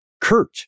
Kurt